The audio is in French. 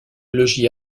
logis